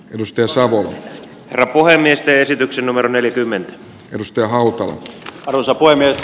edustaja saapuu varapuhemies te esityksen numero neljäkymmentä edustajaa hautala on osa puhemies